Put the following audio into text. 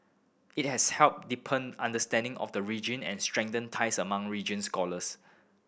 it has helped deepen understanding of the region and strengthened ties among region scholars